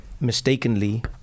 Mistakenly